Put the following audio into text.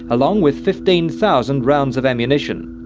along with fifteen thousand rounds of ammunition.